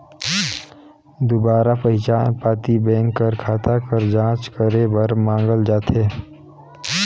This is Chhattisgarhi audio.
दुबारा पहिचान पाती बेंक कर खाता कर जांच करे बर मांगल जाथे